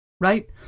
right